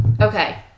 Okay